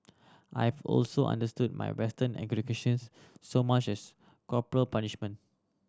I've also understood my Western educations so much as corporal punishment